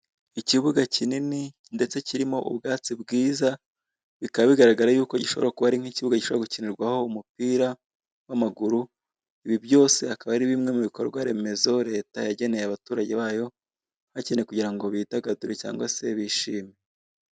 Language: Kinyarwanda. Ikibuga kinini, ndetse kirimo ubwatsi bwiza, bikaba bigaragara y'uko gishobora kuba ari nk'ikibuga gishobora gukinirwaho umupira w'amaguru, ibi byose akaba ari bimwe mu bikorwaremezo, leta yageneye abaturage bayo, bakeneye kugira ngo bidagadure cyangwa se bishime.